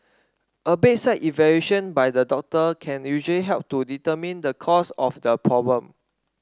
a bedside evaluation by the doctor can usually help to determine the cause of the problem